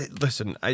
Listen